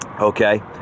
okay